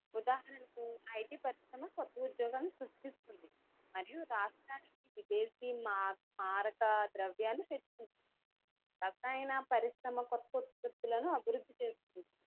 ఉదాహరణకు ఐటి పరిశ్రమ క్రొత్త ఉద్యోగాలని సృష్టిస్తుంది మరియు రాష్ట్రానికి విదేశీ మారక ద్రవ్యాన్ని తెస్తుంది రసాయన పరిశ్రమ క్రొత్త ఉత్పత్తులను అభివృద్ది చేస్తుంది